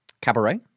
Cabaret